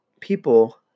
people